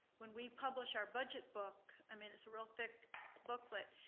when we publish our budget book, i mean it's a real thick booklet,